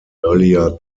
earlier